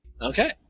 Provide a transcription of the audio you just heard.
Okay